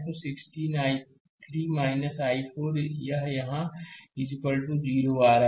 तो 16 I3 i4 यहां यह 0 आ रहा है